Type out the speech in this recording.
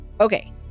Okay